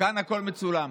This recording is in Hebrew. כאן הכול מצולם,